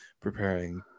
preparing